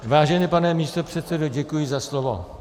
Vážený pane místopředsedo, děkuji za slovo.